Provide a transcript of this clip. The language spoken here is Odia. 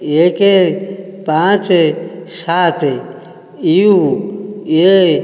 ଏକ ପାଞ୍ଚ ସାତ ୟୁ ଏ